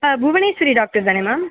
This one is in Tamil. ஆ புவனேஷ்வரி டாக்டர் தானே மேம்